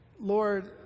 Lord